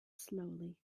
slowly